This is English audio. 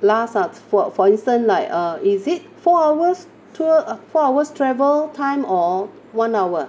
last ah for for instance like uh is it four hours tour uh four hours travel time or one hour